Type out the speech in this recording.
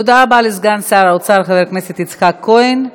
תודה רבה לסגן שר האוצר, חבר הכנסת יצחק כהן.